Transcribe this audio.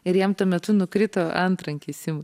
ir jam tuo metu nukrito antrankiai simui